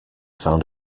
found